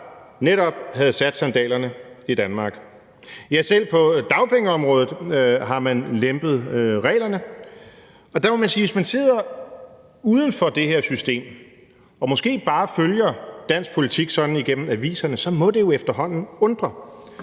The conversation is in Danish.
netop havde sat sandalerne i Danmark. Ja, selv på dagpengeområdet har man lempet reglerne. Der må man sige, at hvis man sidder uden for det her system og måske bare følger dansk politik sådan igennem aviserne, må det efterhånden undre,